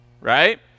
right